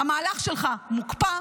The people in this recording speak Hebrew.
המהלך שלך מוקפא.